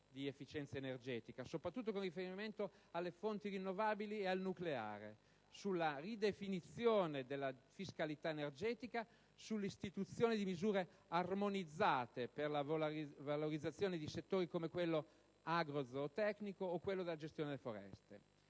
di efficienza energetica, soprattutto con riferimento alle fonti rinnovabili e al nucleare, sulla ridefinizione della fiscalità energetica, sull'istituzione di misure armonizzate per la valorizzazione di settori come quello agro-zootecnico o quello della gestione delle foreste.